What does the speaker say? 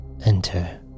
enter